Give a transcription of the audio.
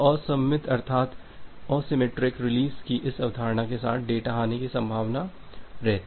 तो असममित अर्थात असिमेट्रिक रिलीज की इस अवधारणा के साथ डेटा हानि की संभावना होगी